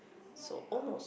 so almost